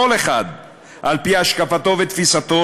כל אחד על-פי השקפתו ותפיסתו,